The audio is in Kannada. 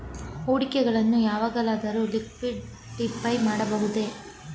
ಹೂಡಿಕೆಗಳನ್ನು ಯಾವಾಗಲಾದರೂ ಲಿಕ್ವಿಡಿಫೈ ಮಾಡಬಹುದೇ?